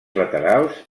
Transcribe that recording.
laterals